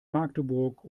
magdeburg